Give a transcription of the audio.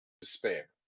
despair